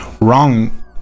wrong